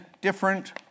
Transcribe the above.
different